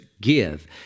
Give